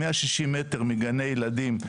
160 מטר מגני ילדים,